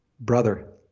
Brother